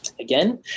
again